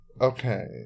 Okay